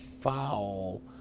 Foul